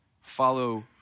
follow